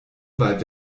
bei